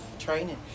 training